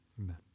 amen